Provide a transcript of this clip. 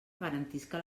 garantisca